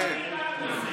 כל אחד מאיתנו עושה.